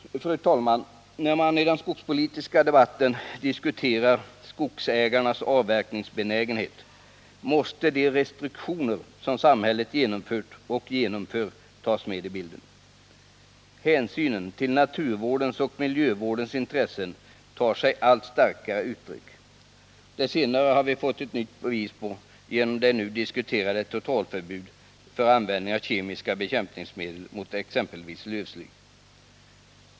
Fru talman! När man i den skogspolitiska debatten diskuterar skogsägarnas avverkningsbenägenhet måste de restriktioner som samhället genomfört och genomför tas med i bilden. Hänsynen till naturvårdens och miljövårdens intressen tar sig allt starkare uttryck. Det senare har vi fått ett nytt bevis för genom det nu diskuterade totalförbudet mot användning av kemiska bekämpningsmedel mot exempelvis lövsly.